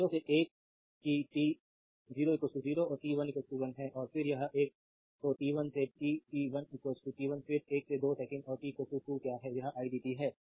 तो 0 से 1 कि t0 0 और t 1 1 है और फिर यह एक तो t 1 से t t 1 1 फिर 1 से 2 सेकंड और t 2 क्या है यह idt है